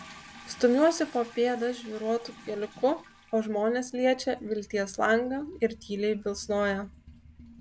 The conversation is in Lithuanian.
stumiuosi po pėdą žvyruotu keliuku o žmonės liečia vilties langą ir tyliai bilsnoja